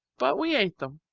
but we ate them.